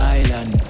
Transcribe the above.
island